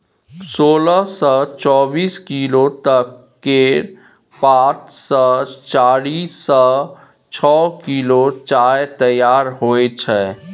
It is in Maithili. सोलह सँ चौबीस किलो तक केर पात सँ चारि सँ छअ किलो चाय तैयार होइ छै